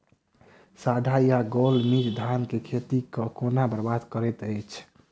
साढ़ा या गौल मीज धान केँ खेती कऽ केना बरबाद करैत अछि?